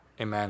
amen